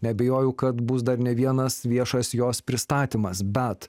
neabejoju kad bus dar ne vienas viešas jos pristatymas bet